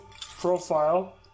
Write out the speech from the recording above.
profile